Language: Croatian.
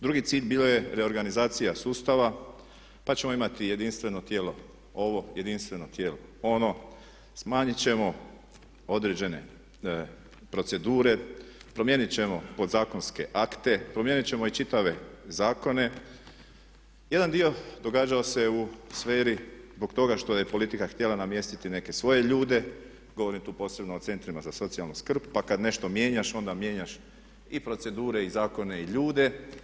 Drugi cilj bila je reorganizacija sustava pa ćemo imati jedinstveno tijelo ovo jedinstveno tijelo, ono, smanjit ćemo određene procedure, promijenit ćemo podzakonske akte, promijenit ćemo i čitave zakone, jedan dio događao se u sferi zbog toga što je politika htjela namjestiti neke svoje ljude, govorim tu posebno o centrima za socijalnu skrb, pa kad nešto mijenjaš, onda mijenjaš i procedure, i zakone i ljude.